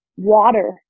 Water